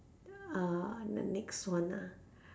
uh the next one ah